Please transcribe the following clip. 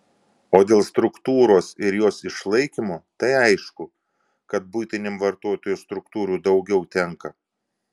o dėl struktūros ir jos išlaikymo tai aišku kad buitiniam vartotojui struktūrų daugiau tenka